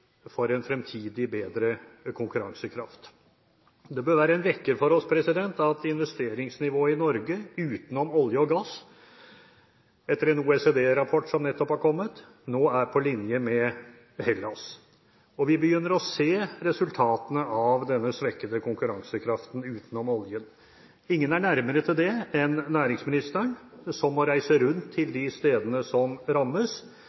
for en fremtidig bedre konkurransekraft. Det bør være en vekker for oss at investeringsnivået i Norge, utenom olje og gass – ifølge en OECD-rapport som nettopp er kommet – nå er på linje med Hellas, og vi begynner å se resultatene av denne svekkede konkurransekraften utenom oljen. Ingen er nærmere til det enn næringsministeren, som må reise rundt til de stedene som rammes,